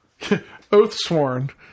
Oathsworn